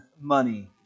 money